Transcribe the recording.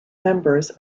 members